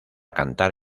cantar